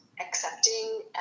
accepting